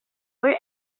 were